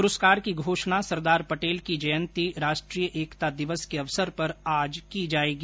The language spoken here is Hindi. पुरस्कार की घोषणा सरदार पटेल की जयंती राष्ट्रीय एकता दिवस के अवसर पर आज की जायेगी